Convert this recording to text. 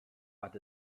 but